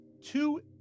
two